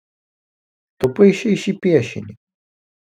tu paišei šį piešinį